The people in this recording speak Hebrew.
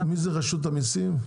מי זה רשות המיסים?